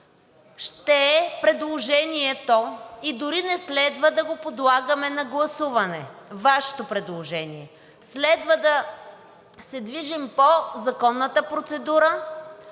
ще е предложението и дори не следва да го подлагаме на гласуване – Вашето предложение. Следва да се движим по законната процедура